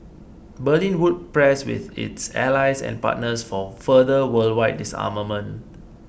Berlin would press with its allies and partners for further worldwide disarmament